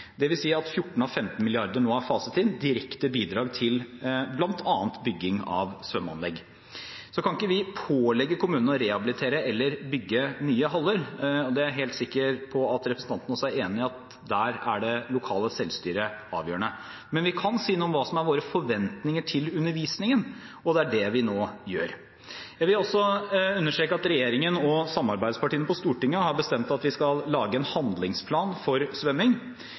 at 14 av 15 mrd. kr nå er faset inn som direkte bidrag til bl.a. bygging av svømmeanlegg. Så kan ikke vi pålegge kommunene å rehabilitere eller bygge nye haller. Jeg helt sikker på at representanten også er enig i at der er det lokale selvstyret avgjørende. Men vi kan si noe om hva som er våre forventninger til undervisningen, og det er det vi nå gjør. Jeg vil også understreke at regjeringen og samarbeidspartiene på Stortinget har bestemt at vi skal lage en handlingsplan for svømming.